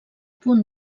punt